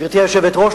גברתי היושבת-ראש,